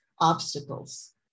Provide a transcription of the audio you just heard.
obstacles